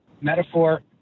metaphor